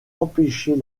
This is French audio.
empêcher